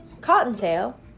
Cottontail